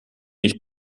nicht